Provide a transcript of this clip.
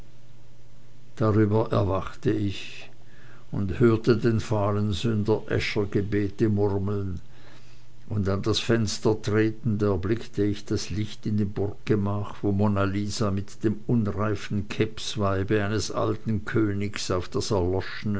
darüber erwachte ich und hörte den fahlen sünder äscher gebete murmeln und an das fenster tretend erblickte ich das licht in dem burggemach wo monna lisa mit dem unreifen kebsweibe eines alten königs auf das erlöschen